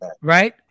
Right